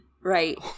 right